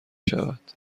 شود